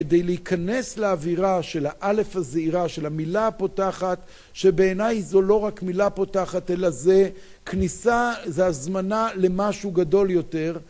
כדי להיכנס לאווירה של האלף הזהירה, של המילה הפותחת שבעיניי זו לא רק מילה פותחת אלא זה כניסה, זה הזמנה למשהו גדול יותר...